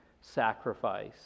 sacrifice